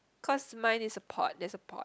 cause mine is a pot there's a pot